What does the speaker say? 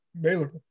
Baylor